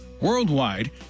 worldwide